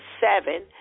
seven